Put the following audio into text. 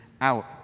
out